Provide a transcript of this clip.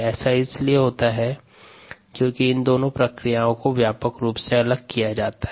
ऐसा इसलिए होता है क्योंकि इन दोनों प्रक्रियाओं को व्यापक रूप से अलग अलग किया जाता है